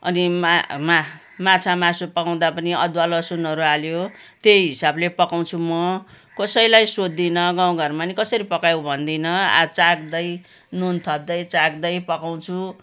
अनि मा मा माछा मासु पकाउँदा पनि अदुवा लसुनहरू हाल्यो त्यही हिसाबले पकाउँछु म कसैलाई सोद्धिनँ गाउँघरमा पनि कसरी पकायौ भन्दिनँ आ चाख्दै नुन थप्दै चाख्दै फकाउँछु